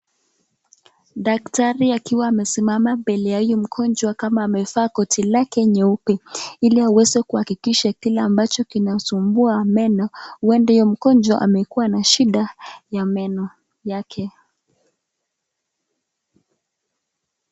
Daktari akiwa amesimama mbele ya huyu mgonjwa kama amevaa koti lake nyeupe ili aweze kuhakikisha kile ambacho kinamsumbua meno huenda huyo mgonjwa amekuwa na shida ya meno yake.